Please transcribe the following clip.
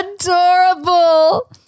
adorable